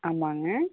ஆமாங்க